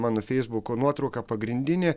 mano feisbuko nuotrauka pagrindinė